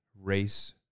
race